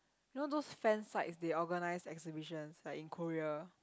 you know those fan sites they organize exhibitions like in Korea